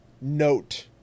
note